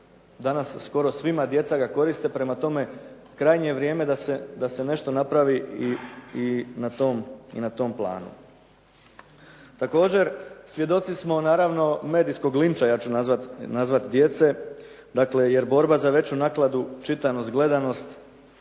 danas skoro svima, djeca ga koriste. Prema tome, krajnje je vrijeme da se nešto napravi i na tom planu. Također svjedoci smo naravno medijskog linča ja ću nazvati djece, dakle, jer borba za veću nakladu, čitanost, gledanost,